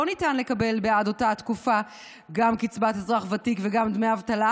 ניתן לקבל בעד אותה תקופה גם קצבת אזרח ותיק וגם דמי אבטלה,